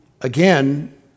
again